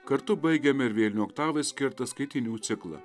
kartu baigiame ir vėlinių oktavai skirtą skaitinių ciklą